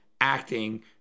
acting